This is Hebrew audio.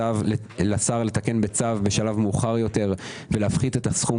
לשר לתקן בצו בשלב מאוחר יותר ולהפחית את הסכום